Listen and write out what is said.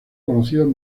conocidos